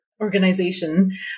organization